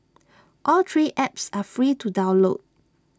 all three apps are free to download